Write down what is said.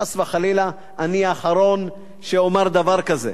חס וחלילה, אני האחרון שאומר דבר כזה.